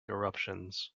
eruptions